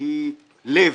היא לב,